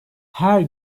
her